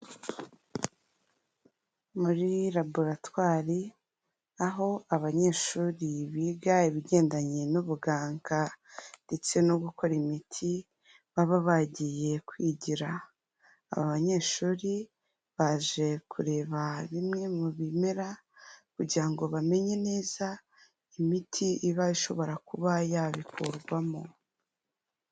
Muri laboratwari aho abanyeshuri biga ibigendanye n'ubuganga ndetse no gukora imiti, baba bagiye kwigira, aba banyeshuri baje kureba bimwe mu bimera kugira ngo bamenye neza imiti iba ishobora kuba yabikurwamo.